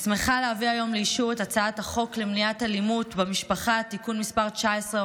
את הצעת החוק למניעת אלימות במשפחה (תיקון מס' 19,